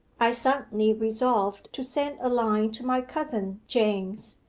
i suddenly resolved to send a line to my cousin james,